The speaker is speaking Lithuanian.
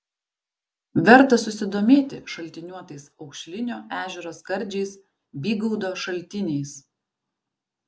verta susidomėti šaltiniuotais aukšlinio ežero skardžiais bygaudo šaltiniais